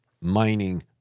mining